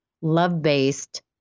love-based